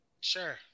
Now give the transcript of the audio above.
Sure